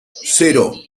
cero